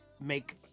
make